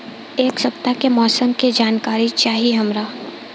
एक सपताह के मौसम के जनाकरी चाही हमरा